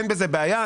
אין בזה בעיה,